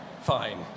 Fine